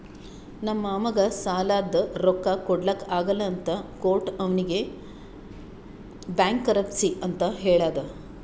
ನಮ್ ಮಾಮಾಗ್ ಸಾಲಾದ್ ರೊಕ್ಕಾ ಕೊಡ್ಲಾಕ್ ಆಗಲ್ಲ ಅಂತ ಕೋರ್ಟ್ ಅವ್ನಿಗ್ ಬ್ಯಾಂಕ್ರಪ್ಸಿ ಅಂತ್ ಹೇಳ್ಯಾದ್